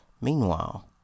Meanwhile